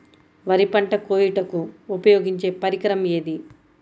వరి పంట కోయుటకు ఉపయోగించే పరికరం ఏది?